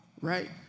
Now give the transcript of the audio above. Right